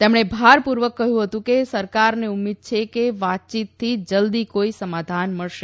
તેમણે ભાર પુર્વક કહયું હતું કે સરકારને ઉમ્મીદ છે કે વાતચીતથી જલદી કોઇ સમાધાન મળશે